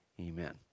Amen